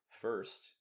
first